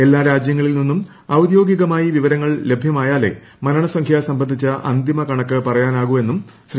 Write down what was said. എല്ലാ രാജ്യങ്ങളിൽ നിന്നും ഔദ്യോഗികമായി വിവരങ്ങൾ ലഭ്യമായാലേ മരണസംഖ്യ സംബന്ധിച്ചു അന്തിമ കണക്ക് പറയാനാവൂവെന്നും ശ്രീ